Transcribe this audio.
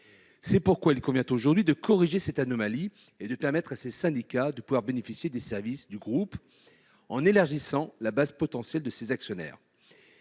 C'est pourquoi il convient de corriger cette anomalie et de permettre auxdits syndicats de pouvoir bénéficier des services du groupe, en élargissant la base potentielle des actionnaires